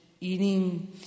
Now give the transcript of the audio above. eating